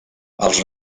els